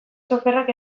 txoferrak